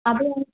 അതോ